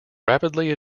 rapidly